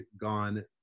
gone